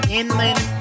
inland